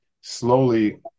slowly